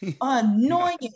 Annoying